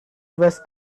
was